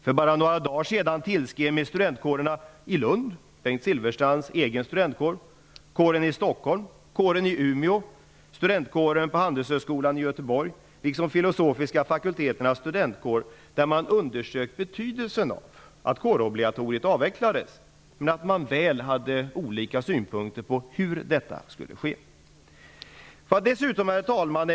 För bara några dagar sedan tillskrev mig studentkårerna i Lund, Handelshögskolan i Göteborg liksom filosofiska fakulteternas studentkår. De hade undersökt betydelsen av att kårobligatoriet avvecklades. Man hade olika synpunkter på hur detta skulle ske. Herr talman!